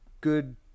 good